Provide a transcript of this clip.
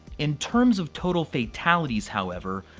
in terms of total fatalities, however,